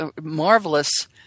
marvelous